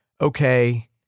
Okay